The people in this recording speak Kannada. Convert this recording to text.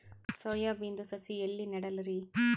ಸೊಯಾ ಬಿನದು ಸಸಿ ಎಲ್ಲಿ ನೆಡಲಿರಿ?